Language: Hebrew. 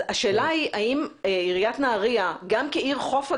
השאלה היא האם עיריית נהריה גם כעיר חוף,